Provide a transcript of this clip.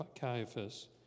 Caiaphas